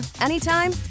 anytime